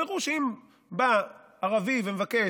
הם ראו שאם בא ערבי ומבקש,